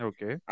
Okay